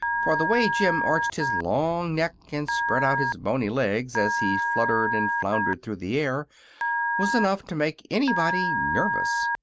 for the way jim arched his long neck and spread out his bony legs as he fluttered and floundered through the air was enough to make anybody nervous.